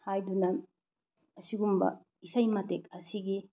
ꯍꯥꯏꯗꯨꯅ ꯑꯁꯤꯒꯨꯝꯕ ꯏꯁꯩ ꯃꯇꯦꯛ ꯑꯁꯤꯒꯤ